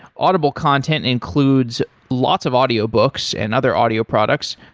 audible content includes lots of audiobooks and other audio products.